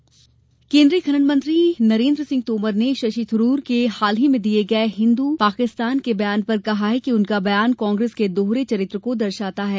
तोमर केन्द्रीय खनन मंत्री नरेन्द्र सिंह तोमर ने शशि थरूर के हाल ही में दिये गये हिन्दू पाकिस्तान के बयान पर कहा कि उनका बयान कांग्रेस के दोहरे चरित्र को दर्शाता है